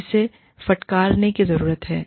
जिसे फटकार ने की जरूरत है